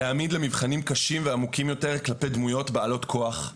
להעמיד למבחנים קשים ועמוקים יותר כלפי דמויות בעלות כוח,